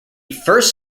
first